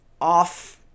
off